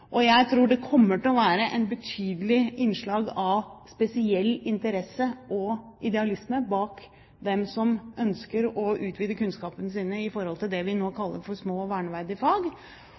Og jeg tror det kommer til å være et betydelig innslag av spesiell interesse og idealisme hos dem som ønsker å utvide kunnskapene sine i det vi nå kaller for små og verneverdige fag,